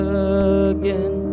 again